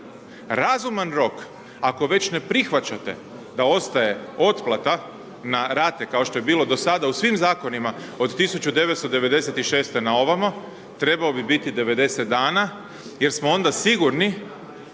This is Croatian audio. Razuman rok, ako već ne prihvaćate da ostaje otplata na rate, kao što je bilo do sada u svim Zakonima od 1996.-te na ovamo, trebao bi biti 90 dana jer smo onda sigurni